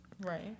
Right